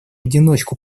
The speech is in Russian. одиночку